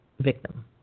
victim